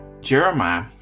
Jeremiah